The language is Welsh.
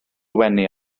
wenu